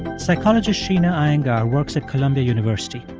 psychologist sheena iyengar works at columbia university.